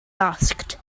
asked